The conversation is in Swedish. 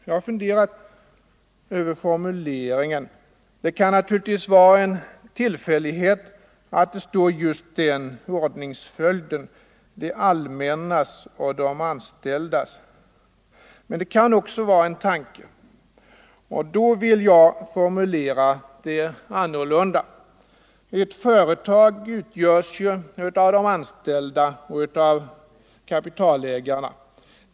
Jag har funderat över den formuleringen. Ordningsföljden — det allmännas och de anställdas — kan naturligtvis vara en tillfällighet. Men det kan också ligga en tanke bakom, och då vill jag ha en annorlunda formulering. Ett företag utgörs ju av de anställda och av kapitalägarna.